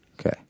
okay